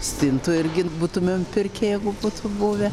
stintų irgi būtumėm pirkę jeigu būtų buvę